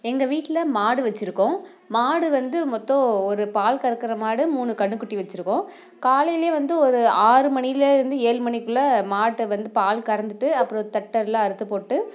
எங்கள் வீட்டில் மாடு வச்சிருக்கோம் மாடு வந்து மொத்தம் ஒரு பால் கறக்கிற மாடு மூணு கன்றுக் குட்டி வச்சிருக்கோம் காலையிலயே வந்து ஒரு ஆறு மணிலேருந்து ஏழு மணிக்குள்ளே மாட்டை வந்து பால் கறந்துட்டு அப்பறம் தட்டர்லாம் அறுத்து போட்டு